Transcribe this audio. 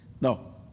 no